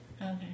Okay